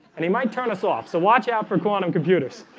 and he might turn us off. so watch out for quantum computers